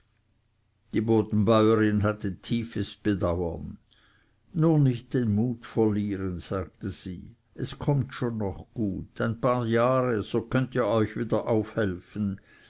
die bodenbäurin hatte tiefes bedauern nur nicht den mut verlieren sagte sie es kommt schon noch gut ein paar jahre so könnet ihr euch wieder aufhelfen